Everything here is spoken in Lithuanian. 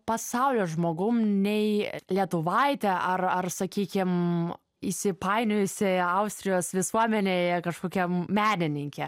pasaulio žmogum nei lietuvaite ar ar sakykim įsipainiojusi austrijos visuomenėje kažkokia menininkė